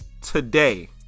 today